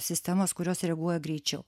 sistemas kurios reaguoja greičiau